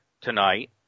tonight